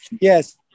yes